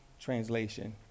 translation